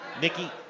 Nikki